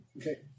Okay